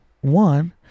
one